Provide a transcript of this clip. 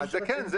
אז זה איום.